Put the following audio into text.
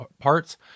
parts